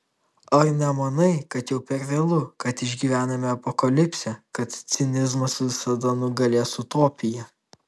ar nemanai kad jau per vėlu kad išgyvename apokalipsę kad cinizmas visada nugalės utopiją